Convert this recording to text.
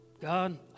God